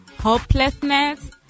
hopelessness